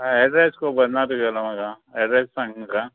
आं एड्रेस खबर ना म्हाका एड्रेस सांग म्हाका